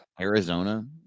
Arizona